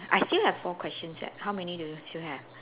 I still have four questions eh how many do you still have